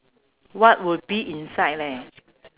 what would be inside leh